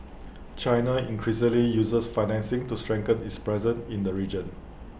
China increasingly uses financing to strengthen its presence in the region